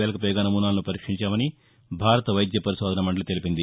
వేలకు పైగా నమూనాలను పరీక్షించామని భారత వైద్య పరిశోధనా మందలి తెలిపింది